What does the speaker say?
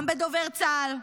גם בדובר צה"ל,